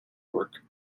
work